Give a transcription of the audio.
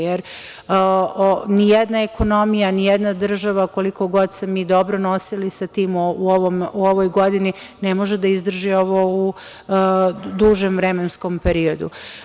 Jer, nijedna ekonomija, nijedna država, koliko god se mi dobro nosili sa tim u ovoj godini, ne može da izdrži ovo u dužem vremenskom periodu.